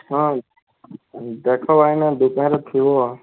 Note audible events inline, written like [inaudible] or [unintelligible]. ହଁ ଦେଖ ଭାଇନା [unintelligible]